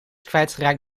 kwijtgeraakt